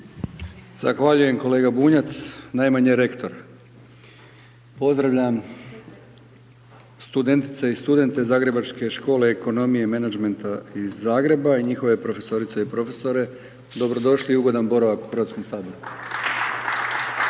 Zahvaljujem kolega Bunjac, najmanje rektor. Pozdravljam studentice i studente Zagrebačke škole ekonomije i menadžmenta iz Zagreba i njihove profesorice i profesore, dobrodošli i ugodan boravak u Hrvatskom saboru.